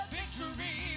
victory